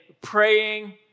praying